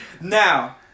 Now